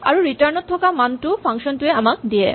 আৰু ৰিটাৰ্ন ত থকা মানটো ফাংচন টোৱে আমাক দিয়ে